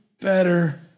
Better